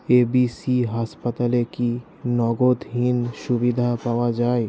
এ B C হাসপাতালে কি নগদহীন সুবিধা পাওয়া যায়